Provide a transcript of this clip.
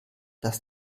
dass